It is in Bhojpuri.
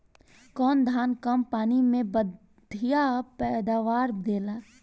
कौन धान कम पानी में बढ़या पैदावार देला?